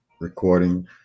recording